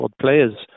players